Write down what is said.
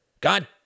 God